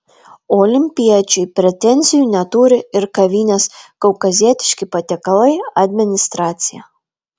olimpiečiui pretenzijų neturi ir kavinės kaukazietiški patiekalai administracija